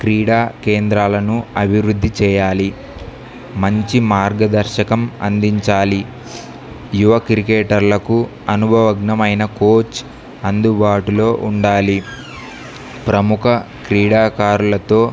క్రీడా కేంద్రాలను అభివృద్ధి చేయాలి మంచి మార్గదర్శకం అందించాలి యువ క్రికెటర్లకు అనుభవగ్నమైన కోచ్ అందుబాటులో ఉండాలి ప్రముఖ క్రీడాకారులతో